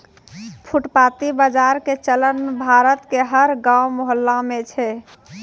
फुटपाती बाजार के चलन भारत के हर गांव मुहल्ला मॅ छै